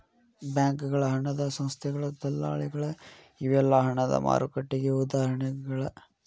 ಬ್ಯಾಂಕಗಳ ಹಣದ ಸಂಸ್ಥೆಗಳ ದಲ್ಲಾಳಿಗಳ ಇವೆಲ್ಲಾ ಹಣದ ಮಾರುಕಟ್ಟೆಗೆ ಉದಾಹರಣಿಗಳ